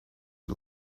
you